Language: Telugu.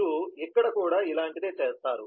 మీరు ఇక్కడ కూడా ఇలాంటిదే చేస్తారు